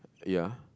ya